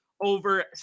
over